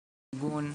למיגון,